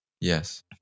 Yes